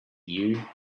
you